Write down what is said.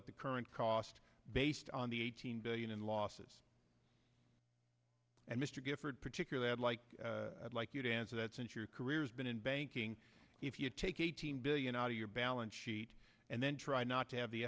at the current cost based on the eighteen billion in losses and mr gifford particularly i'd like i'd like you to answer that since your career has been in banking if you take eight hundred billion out of your balance sheet and then try not to have the